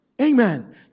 Amen